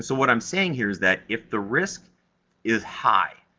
so what i'm saying here is that, if the risk is high,